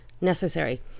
necessary